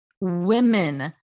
Women